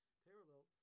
Parallel